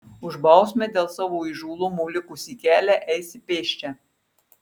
už bausmę dėl savo įžūlumo likusį kelią eisi pėsčia